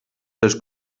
dels